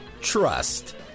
Trust